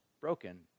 broken